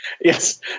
Yes